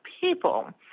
people